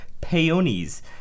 peonies